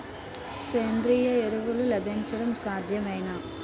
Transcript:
సేంద్రీయ ఎరువులు లభించడం సాధ్యమేనా?